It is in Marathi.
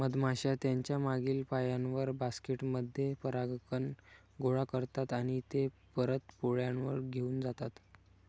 मधमाश्या त्यांच्या मागील पायांवर, बास्केट मध्ये परागकण गोळा करतात आणि ते परत पोळ्यावर घेऊन जातात